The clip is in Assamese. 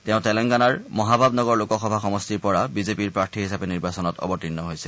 তেওঁ তেলেংগানাৰ মহাবাবনগৰ লোকসভা সমষ্টিৰ পৰা বিজেপিৰ প্ৰাৰ্থী হিচাপে নিৰ্বাচনত অৱতীৰ্ণ হৈছে